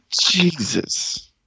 Jesus